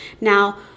Now